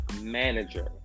manager